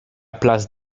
place